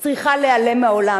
צריכה להיעלם מהעולם,